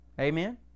amen